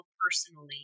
personally